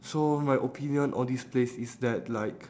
so my opinion on this place is that like